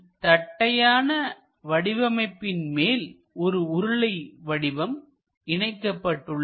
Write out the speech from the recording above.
இதில் தட்டையான வடிவமைப்பின் மேல் ஒரு உருளை வடிவம் இணைக்கப்பட்டுள்ளது